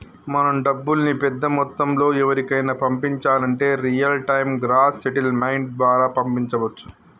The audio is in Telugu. మనం డబ్బుల్ని పెద్ద మొత్తంలో ఎవరికైనా పంపించాలంటే రియల్ టైం గ్రాస్ సెటిల్మెంట్ ద్వారా పంపించవచ్చు